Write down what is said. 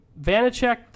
Vanacek